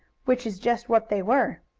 which is just what they were.